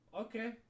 okay